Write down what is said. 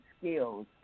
skills